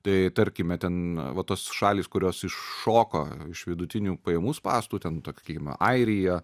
tai tarkime ten va tos šalys kurios iššoko iš vidutinių pajamų spąstų ten tokį ima airiją